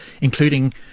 including